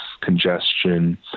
congestion